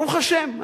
ברוך השם,